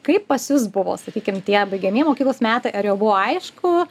kaip pas jus buvo sakykim tie baigiamieji mokyklos metai ar jau buvo aišku